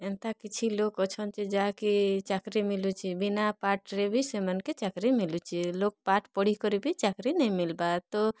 ଏନ୍ତା କିଛି ଲୋକ୍ ଅଛନ୍ ଯେ ଯାହାକେ ଚାକିରି ମିଲୁଛେ ବିନା ପାଠ୍ରେ ବି ସେମାନଙ୍କେ ଚାକିରି ମିଲୁଛେ ଲୋକ୍ ପାଠ୍ ପଢ଼ିକରି ବି ଚାକିରି ନେଇମିଲବା ତ